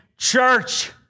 Church